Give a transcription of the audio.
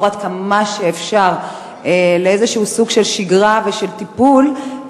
עד כמה שאפשר לאיזה סוג של שגרה ושל טיפול,